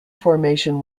formation